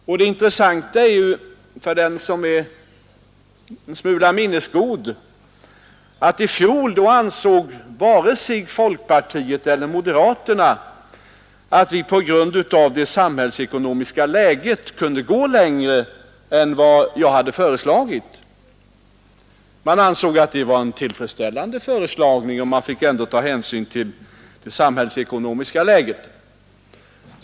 Den som är en smula minnesgod kan göra det intressanta konstaterandet att i fjol ansåg varken folkpartisterna eller moderaterna att det samhällsekono miska läget tillät att vi gick längre än vad jag då hade föreslagit — man ansåg att det var ett tillfredsställande förslag, och man måste ta hänsyn till det samhällsekonomiska läget.